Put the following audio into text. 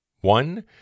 One